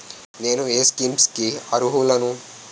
నేను ఏ స్కీమ్స్ కి అరుహులను?